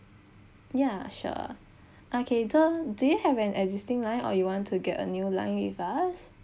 ya sure okay okay the do you have an existing line or you want to get a new line with us